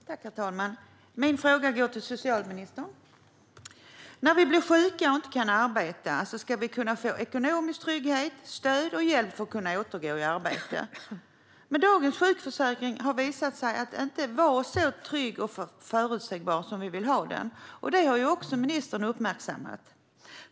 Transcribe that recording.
Herr talman! Min fråga går till socialministern. När vi blir sjuka och inte kan arbeta ska vi kunna få ekonomisk trygghet och stöd och hjälp för att kunna återgå i arbete. Men dagens sjukförsäkring har visat sig inte vara så trygg och förutsägbar som vi vill ha den. Det har också ministern uppmärksammat.